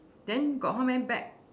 then got how many bag